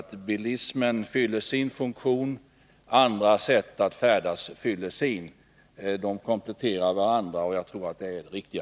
Bilismen fyller sin funktion, andra sätt att färdas fyller sin. De kompletterar varandra, och jag tror att det är det riktiga.